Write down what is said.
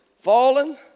fallen